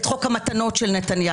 את חוק המתנות של נתניהו,